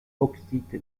bauxite